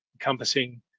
encompassing